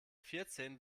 vierzehn